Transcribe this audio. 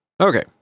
Okay